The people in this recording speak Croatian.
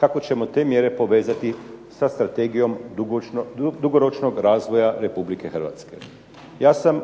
kako ćemo te mjere povezati sa strategijom dugoročnog razvoja Republike Hrvatske. Ja sam